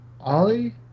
Ollie